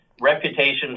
reputation